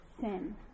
sin